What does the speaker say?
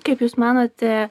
kaip jūs manote